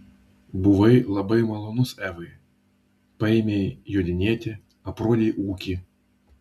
buvai labai malonus evai paėmei jodinėti aprodei ūkį